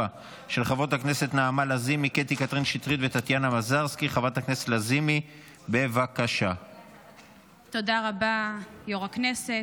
לפרוטוקול.